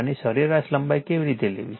અને સરેરાશ લંબાઈ કેવી રીતે લેવી